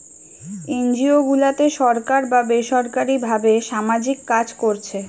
NGO গুলাতে সরকার বা বেসরকারী ভাবে সামাজিক কাজ কোরছে